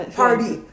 party